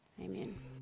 Amen